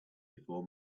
before